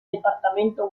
departamento